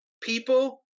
People